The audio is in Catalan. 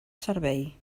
servei